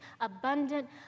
abundant